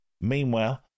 Meanwhile